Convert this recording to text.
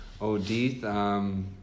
Odith